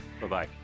Bye-bye